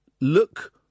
Look